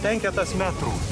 penketas metrų